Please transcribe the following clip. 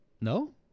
no